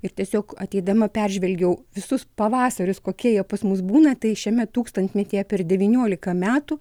ir tiesiog ateidama peržvelgiau visus pavasarius kokie jie pas mus būna tai šiame tūkstantmetyje per devyniolika metų